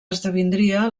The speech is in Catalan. esdevindria